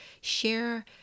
share